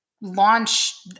launch